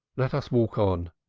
let us walk on,